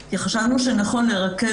חברת הכנסת, אין לנו מה לשבת